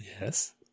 Yes